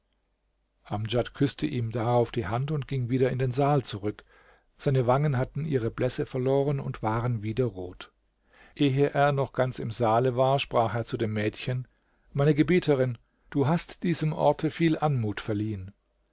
amdjad küßte ihm darauf die hand und ging wieder in den saal zurück seine wangen hatten ihre blässe verloren und waren wieder rot ehe er noch ganz im saale war sprach er zu dem mädchen meine gebieterin du hast diesem orte viel anmut verliehen